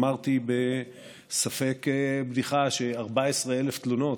אמרתי בספק-בדיחה ש-14,000 תלונות,